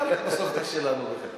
שאלת בסוף את השאלה.